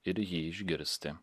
ir jį išgirsti